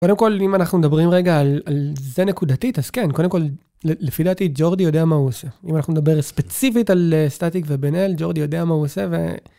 קודם כל, אם אנחנו מדברים רגע על זה נקודתית, אז כן, קודם כל, לפי דעתי, ג'ורדי יודע מה הוא עושה. אם אנחנו נדבר ספציפית על סטטיק ובן-אל, ג'ורדי יודע מה הוא עושה ו...